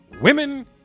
Women